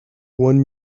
one